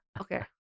Okay